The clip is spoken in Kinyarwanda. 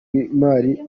imari